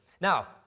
Now